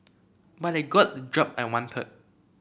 but I got the job I wanted